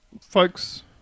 folks